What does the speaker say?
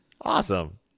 Awesome